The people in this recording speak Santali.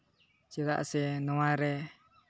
ᱪᱮᱫᱟᱜ ᱥᱮ ᱱᱚᱣᱟ ᱨᱮ